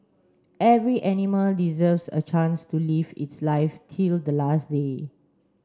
every animal deserves a chance to live its life till the last day